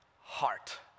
heart